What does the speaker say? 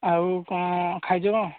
ଆଉ କ'ଣ ଖାଇଛ କ'ଣ